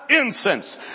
incense